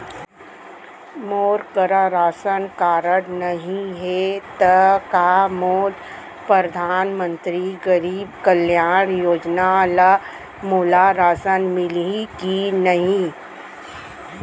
मोर करा ration card नहीं है त का मोल परधानमंतरी गरीब कल्याण योजना ल मोला राशन मिलही कि नहीं?